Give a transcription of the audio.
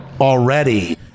already